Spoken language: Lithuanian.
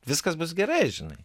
viskas bus gerai žinai